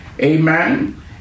Amen